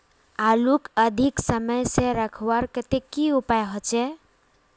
आलूक अधिक समय से रखवार केते की उपाय होचे?